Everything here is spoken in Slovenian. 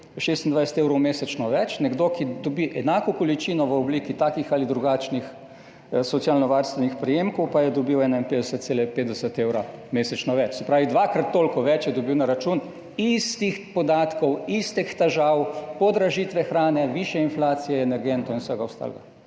26 evrov mesečno več, nekdo, ki dobi enako količino v obliki takih ali drugačnih socialnovarstvenih prejemkov, pa je dobil 51,50 evra mesečno več, se pravi dvakrat toliko več je dobil na račun istih podatkov, istih težav, podražitve hrane, višje inflacije, energentov in vsega ostalega.